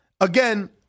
again